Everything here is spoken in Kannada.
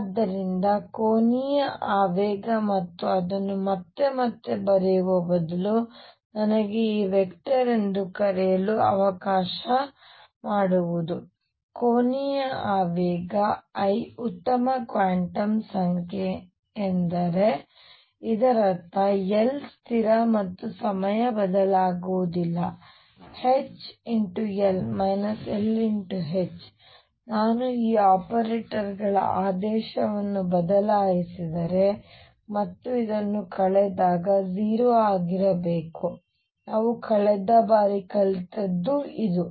ಆದ್ದರಿಂದ ಕೋನೀಯ ಆವೇಗ ಮತ್ತು ಅದನ್ನು ಮತ್ತೆ ಮತ್ತೆ ಬರೆಯುವ ಬದಲು ನನಗೆ ಈ ವೆಕ್ಟರ್ ಎಂದು ಕರೆಯಲು ಅವಕಾಶ ಮಾಡಿಕೊಡಿ ಕೋನೀಯ ಆವೇಗ l ಉತ್ತಮ ಕ್ವಾಂಟಮ್ ಸಂಖ್ಯೆ ಎಂದರೆ ಇದರರ್ಥ L ಸ್ಥಿರ ಮತ್ತು ಸಮಯ ಬದಲಾಗುವುದಿಲ್ಲ H L L H ನಾನು ಈ ಆಪರೇಟರ್ಗಳ ಆದೇಶವನ್ನು ಬದಲಾಯಿಸಿದರೆ ಮತ್ತು ಇದನ್ನು ಕಳೆದಾಗ 0 ಆಗಿರಬೇಕು ನಾವು ಕಳೆದ ಬಾರಿ ಕಲಿತದ್ದು ಇದು